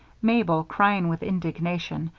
mabel, crying with indignation,